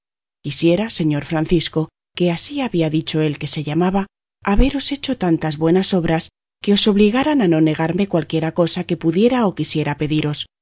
quisiera señor francisco que así había dicho él que se llamaba haberos hecho tantas buenas obras que os obligaran a no negarme cualquiera cosa que pudiera o quisiera pediros